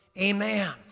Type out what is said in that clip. amen